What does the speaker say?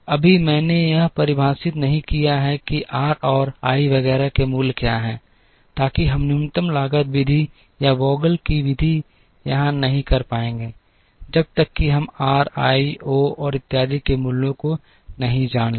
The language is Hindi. अभी मैंने यह परिभाषित नहीं किया है कि r और i वगैरह के मूल्य क्या हैं ताकि हम न्यूनतम लागत विधि या Vogel की विधि यहाँ नहीं कर पाएंगे जब तक कि हम r i O और इत्यादि के मूल्यों को नहीं जान लेते